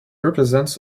represents